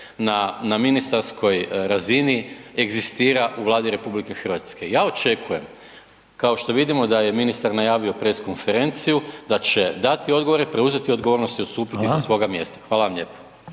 na ministarskoj razini egzistira u Vladi RH. Ja očekujem ako što vidimo da je ministar najavio press konferenciju, da će dati odgovore, preuzeti odgovornost i odstupiti sa svoga mjesta. Hvala vam lijepo.